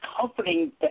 comforting